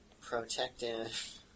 Protective